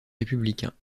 républicains